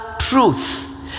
Truth